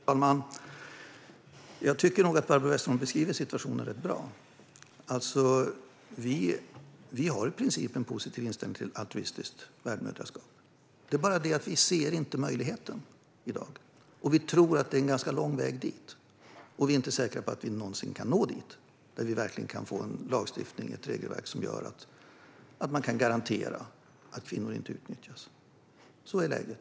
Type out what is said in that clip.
Fru talman! Jag tycker nog att Barbro Westerholm beskriver situationen rätt bra. Vi har i princip en positiv inställning till altruistiskt värdmoderskap. Det är bara det att vi inte ser möjligheten i dag, och vi tror att det är en ganska lång väg dit. Vi är inte säkra på att vi någonsin kan nå dit och att vi verkligen kan få en lagstiftning, ett regelverk, som gör att man kan garantera att kvinnor inte utnyttjas. Så är läget.